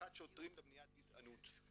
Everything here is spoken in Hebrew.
הדרכת שוטרים במניעת גזענות.